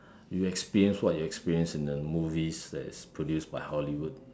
you experience what you experience in the movies that is produced by Hollywood